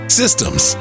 systems